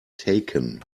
taken